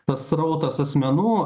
tas srautas asmenų